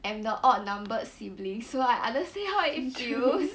am the odd numbered sibling so I understand how it feels